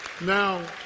Now